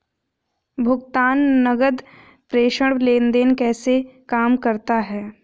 भुगतान नकद प्रेषण लेनदेन कैसे काम करता है?